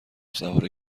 سوار